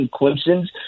Clemson's